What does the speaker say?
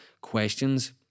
questions